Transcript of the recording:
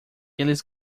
eles